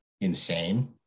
insane